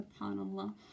subhanAllah